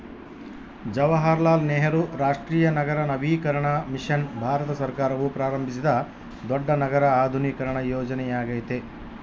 ಜವಾಹರಲಾಲ್ ನೆಹರು ರಾಷ್ಟ್ರೀಯ ನಗರ ನವೀಕರಣ ಮಿಷನ್ ಭಾರತ ಸರ್ಕಾರವು ಪ್ರಾರಂಭಿಸಿದ ದೊಡ್ಡ ನಗರ ಆಧುನೀಕರಣ ಯೋಜನೆಯ್ಯಾಗೆತೆ